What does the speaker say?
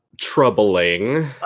Troubling